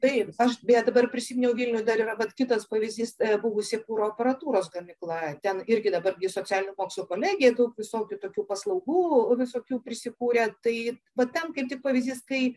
taip aš beje dabar prisiminiau vilnius dar yra vat kitas pavyzdys buvusi kuro aparatūros gamykla ten irgi dabar gi socialinių mokslų kolegija daug visokių tokių paslaugų visokių prisikūrė tai va ten kaip tik pavyzdys kai